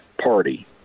Party